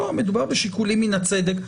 מדובר בשיקולים מן הצדק,